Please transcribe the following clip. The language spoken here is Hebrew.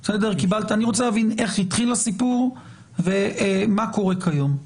אני רוצה להבין איך התחיל הסיפור ומה קורה כיום.